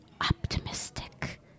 optimistic